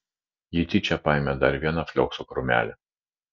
ji tyčia paėmė dar vieną flioksų krūmelį